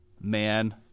man